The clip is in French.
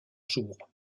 jours